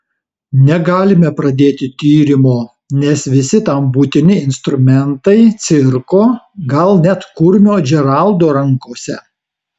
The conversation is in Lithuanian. negalime pradėti tyrimo nes visi tam būtini instrumentai cirko gal net kurmio džeraldo rankose